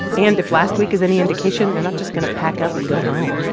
and if last week is any indication, they're not just going to pack up and go home.